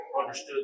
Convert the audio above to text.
understood